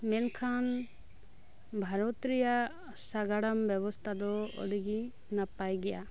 ᱢᱮᱱᱠᱷᱟᱱ ᱵᱷᱟᱨᱚᱛ ᱨᱮᱭᱟᱜ ᱥᱟᱜᱟᱲᱚᱢ ᱵᱮᱵᱚᱥᱛᱷᱟ ᱫᱚ ᱟᱹᱰᱤ ᱜᱮ ᱱᱟᱯᱟᱭ ᱜᱮᱭᱟ